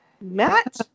Matt